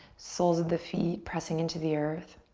soles of the feet pressing into the earth.